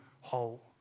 whole